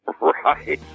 Right